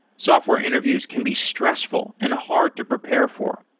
software interviews can be stressful and hard to prepare for.